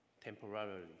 temporarily